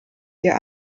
ihr